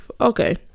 okay